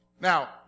Now